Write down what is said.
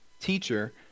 teacher